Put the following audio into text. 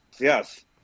Yes